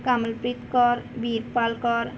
Kamalpreet Kaur Veerpal Kaur